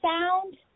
sound